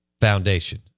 Foundation